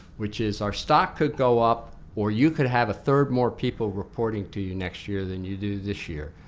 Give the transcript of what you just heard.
which is our stock could go up or you could have a third more people reporting to you next year than you do this year,